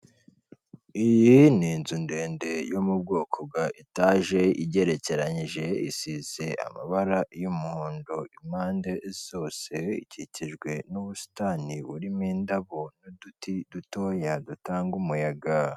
Iyi ni inzu ndende yo mu bwoko bwa etaje igerekeranyije, isize amabara y'umuhondo impande zose, ikikijwe n'ubusitani burimo indabo n'uduti dutoya datanga umuyaga.